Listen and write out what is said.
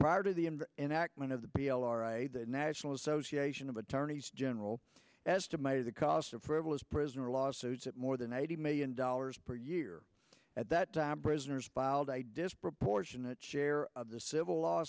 prior to the end enactment of the p l r national association of attorneys general as to may the cost of frivolous prisoner lawsuits that more than eighty million dollars per year at that time prisoners biled a disproportionate share of the civil law